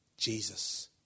Jesus